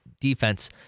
defense